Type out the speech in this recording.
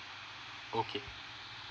okay